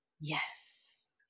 Yes